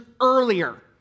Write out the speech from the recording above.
earlier